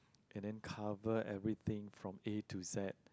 and then cover everything from A to Z